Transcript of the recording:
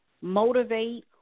motivate